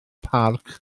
parc